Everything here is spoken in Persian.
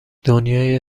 دنیای